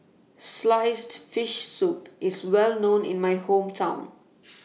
Sliced Fish Soup IS Well known in My Hometown